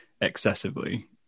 excessively